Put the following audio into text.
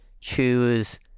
choose